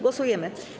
Głosujemy.